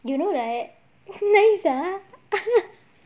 you know right nice ah